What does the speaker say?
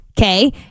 okay